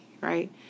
right